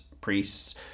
priests